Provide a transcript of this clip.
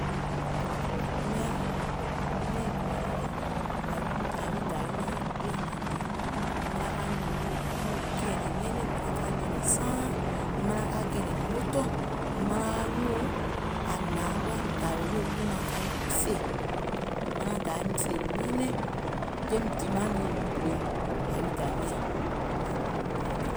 Miàŋ nɛ̀ɛŋ manaŋ wa, yàwi dàwium nyàŋ e ɓulà maŋ di, manaŋ ka nɔ̀ŋ nyuùŋ kɛ̀ɛ̀nɛ̀ŋ nɛɛnɛŋ, manaŋ ka nyɛ̀lɛ̀ saaŋ, manaŋ ka kɛ̀ɛ̀nɛ̀ŋ motò, mìŋ manaŋ anyùùŋ àŋ hnàŋ wèè aim dàwè wèè kpùùmaŋ kaiŋ fè. Manaŋ Dayà weim fè nɛɛnɛŋ, jeim dimàŋ liiìm ɓulo yàwi dàwiim nyàŋ